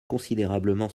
considérablement